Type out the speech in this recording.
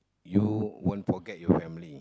you won't forget your family